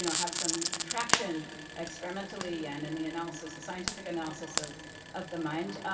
have some traction experimentally and in the analysis the scientific analysis of of the mind,